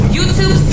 YouTube